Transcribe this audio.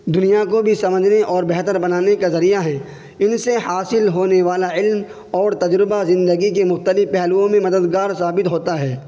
دنیا کو بھی سمجھنے اور بہتر بنانے کا ذریعہ ہے ان سے حاصل ہونے والا علم اور تجربہ زندگی کے مختلف پہلوؤں میں مددگار ثابت ہوتا ہے